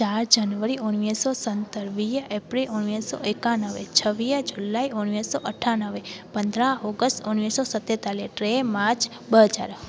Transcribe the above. चार जनवरी उणिवीह सौ सतरि वीह अप्रैल उणिवीह सौ एकानवे छवीह जुलाई उणिवीह सौ अठानवे पंदरहां ऑगस्ट उणिवीह सौ सतेतालीह टे मार्च ॿ हज़ार